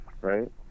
right